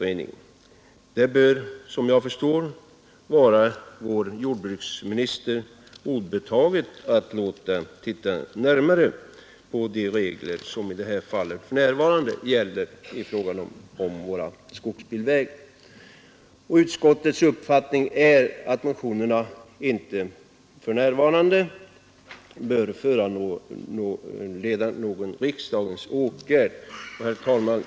Efter vad jag förstår bör det vara jordbruksministern obetaget att låta se närmare på de regler som för närvarande gäller för våra skogsbilvägar. Utskottets uppfattning har emellertid varit att motionerna inte bör föranleda någon riksdagens åtgärd. Herr talman!